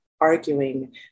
arguing